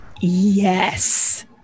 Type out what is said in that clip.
yes